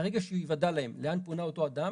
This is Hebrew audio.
מהרגע שייוודע להם לאן פונה אותו אדם